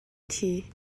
thi